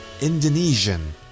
Indonesian